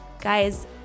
guys